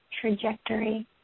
trajectory